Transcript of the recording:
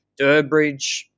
Durbridge